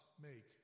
make